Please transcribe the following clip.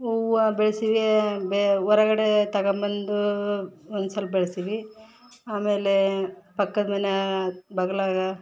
ಹೂವು ಬೆಳ್ಸಿವಿ ಬೆ ಹೊರಗಡೆ ತಗೊಂಬಂದು ಒಂದ್ಸಲ್ಪ ಬೆಳ್ಸಿವಿ ಆಮೇಲೆ ಪಕ್ಕದ ಮನೆ ಬಗ್ಲಾಗ